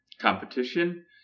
competition